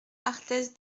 arthez